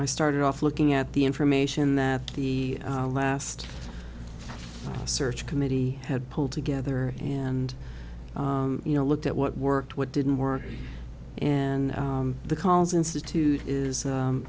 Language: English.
i started off looking at the information that the last search committee had pulled together and you know looked at what worked what didn't work and the calls institute is